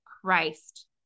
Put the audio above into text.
Christ